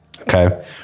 okay